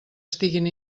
estiguin